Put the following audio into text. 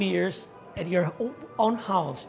beers at your own house